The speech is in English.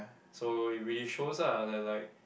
so it really shows ah that like